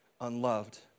unloved